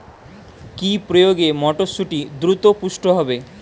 কি প্রয়োগে মটরসুটি দ্রুত পুষ্ট হবে?